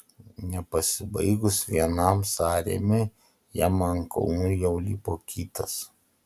nepasibaigus vienam sąrėmiui jam ant kulnų jau lipo kitas